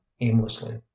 aimlessly